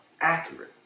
accurate